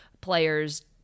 players